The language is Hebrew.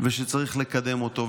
ושצריך לקדם אותו.